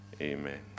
amen